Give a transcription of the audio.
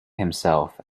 himself